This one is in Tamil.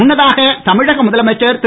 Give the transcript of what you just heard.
முன்னதாக தமிழக முதலமைச்சர் திரு